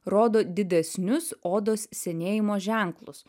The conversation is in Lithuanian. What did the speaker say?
rodo didesnius odos senėjimo ženklus